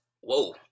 whoa